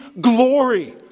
glory